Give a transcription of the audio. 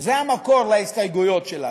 זה המקור להסתייגויות שלנו,